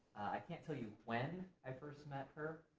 i can't tell you when i first met her,